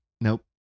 Nope